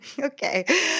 Okay